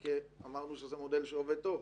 כי אמרנו שזה מודל שעובד טוב.